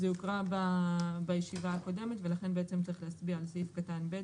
זה הוקרא בישיבה הקודמת ולכן צריך להצביע על סעיף קטן (ב),